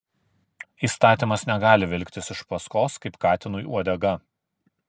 įstatymas negali vilktis iš paskos kaip katinui uodega